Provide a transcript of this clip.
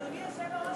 אדוני היושב-ראש,